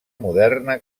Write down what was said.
moderna